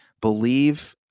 believe